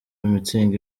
mutzig